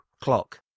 clock